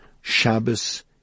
Shabbos